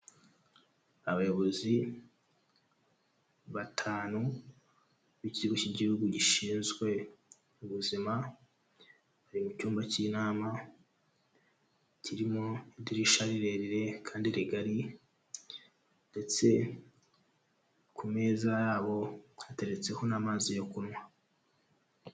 Abayobozi batanu b'Ikigo k'Igihugu gishinzwe Ubuzima, bari mu cyumba k'inama kirimo idirisha rirerire kandi rigari ndetse ku meza yabo hateretseho n'amazi yo kunywa.